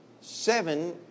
seven